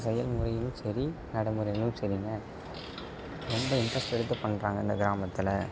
செயல் முறையிலும் சரி நடைமுறையிலும் சரிங்க ரொம்ப இன்ட்ரெஸ்ட் எடுத்து பண்ணுறாங்க இந்த கிராமத்தில்